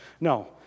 No